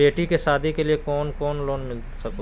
बेटी के सादी के लिए कोनो लोन मिलता सको है?